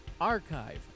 archive